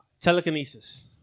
Telekinesis